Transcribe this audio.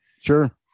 Sure